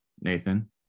Nathan